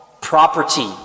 property